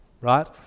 right